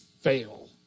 fail